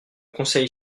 conseil